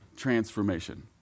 transformation